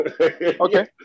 Okay